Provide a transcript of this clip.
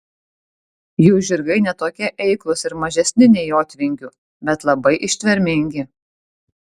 jų žirgai ne tokie eiklūs ir mažesni nei jotvingių bet labai ištvermingi